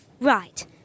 Right